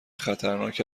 خطرناک